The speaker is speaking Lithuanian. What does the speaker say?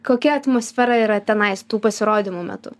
kokia atmosfera yra tenais tų pasirodymų metu